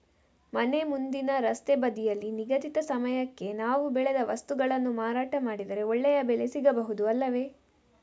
ಮನೆ ಮುಂದಿನ ರಸ್ತೆ ಬದಿಯಲ್ಲಿ ನಿಗದಿತ ಸಮಯಕ್ಕೆ ನಾವು ಬೆಳೆದ ವಸ್ತುಗಳನ್ನು ಮಾರಾಟ ಮಾಡಿದರೆ ಒಳ್ಳೆಯ ಬೆಲೆ ಸಿಗಬಹುದು ಅಲ್ಲವೇ?